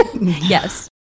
Yes